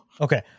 Okay